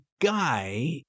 guy